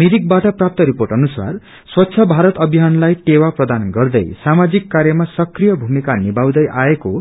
मिरिक बाट प्राप्त रिपोेट अनुसार स्वच्छ भारत अभियानलाई टेवा प्रदान गर्दै सामाजिक कार्यमा सत्त्य भूमिका निभाउँदै आएको